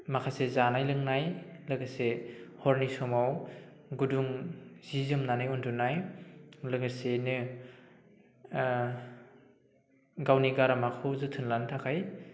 माखासे जानाय लोंनाय लोगोसे हरनि समाव गुदुं जि जोमनानै उन्दुनाय लोगोसेनो गावनि गारामाखौ जोथोन लानो थाखाय